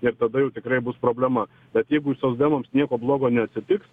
ir tada jau tikrai bus problema bet jeigu socdemams nieko blogo neatsitiks